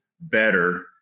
better